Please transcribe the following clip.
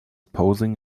posing